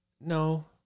No